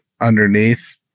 underneath